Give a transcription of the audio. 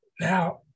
Now